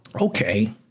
Okay